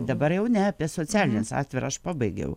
dabar jau ne apie socialines atvirą aš pabaigiau